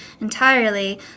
entirely